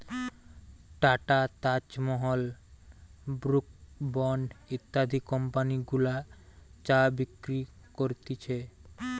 tata, Taj Mahal, Brooke Bond ইত্যাদি company গুলা চা বিক্রি করতিছে